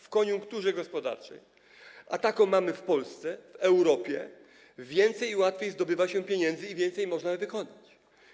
W koniunkturze gospodarczej, a taką mamy w Polsce, w Europie, więcej i łatwiej zdobywa się pieniędzy i więcej można wykonać.